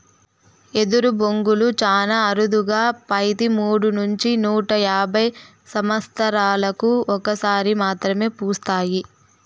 ఎదరు బొంగులు చానా అరుదుగా పెతి మూడు నుంచి నూట యాభై సమత్సరాలకు ఒక సారి మాత్రమే పూస్తాయి